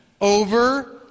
Over